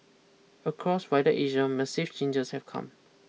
across wider Asia massive changes have come